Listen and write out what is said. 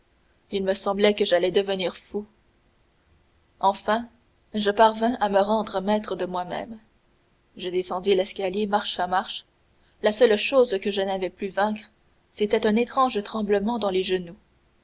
il me semblait que j'allais devenir fou enfin je parvins à me rendre maître de moi-même je descendis l'escalier marche à marche la seule chose que je n'avais pu vaincre c'était un étrange tremblement dans les genoux